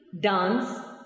dance